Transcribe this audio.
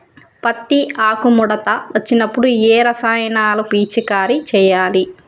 పత్తి ఆకు ముడత వచ్చినప్పుడు ఏ రసాయనాలు పిచికారీ చేయాలి?